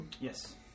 Yes